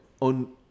on